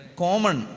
common